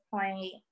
point